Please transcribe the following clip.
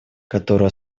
которая